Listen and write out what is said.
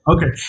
Okay